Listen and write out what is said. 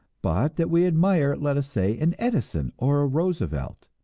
but that we admire, let us say, an edison or a roosevelt.